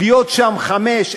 להיות שם חמש,